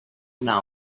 una